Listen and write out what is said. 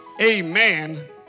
amen